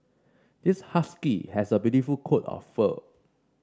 this husky has a beautiful coat of fur